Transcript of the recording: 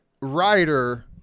writer –